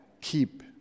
keep